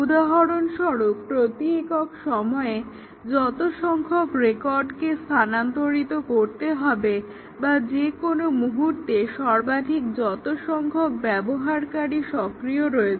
উদাহরণস্বরূপ প্রতি একক সময়ে যতো সংখ্যক রেকর্ডকে স্থানান্তরিত করতে হবে বা যেকোনো মুহূর্তে সর্বাধিক যতসংখ্যক ব্যবহারকারী সক্রিয় রয়েছে